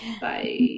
bye